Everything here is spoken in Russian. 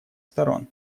сторон